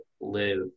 live